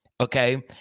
okay